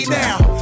now